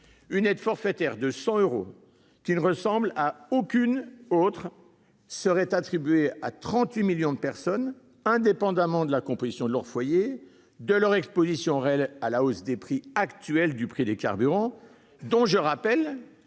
Cette aide forfaitaire de 100 euros, qui ne ressemble à aucune autre, serait attribuée à 38 millions de personnes, indépendamment de la composition de leur foyer ou de leur exposition réelle à la hausse actuelle des prix des carburants, qui est pourtant